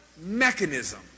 mechanism